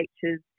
features